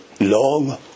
long